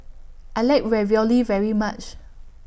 I like Ravioli very much